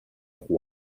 trois